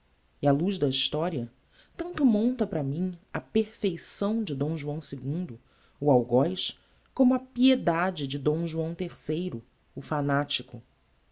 e á luz da historia tanto monta para mim a perfeição de d joão ii o algoz como a piedade de d joão iii o fanatico